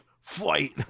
fight